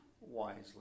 wisely